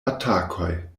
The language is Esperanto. atakoj